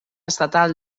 estatal